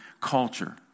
culture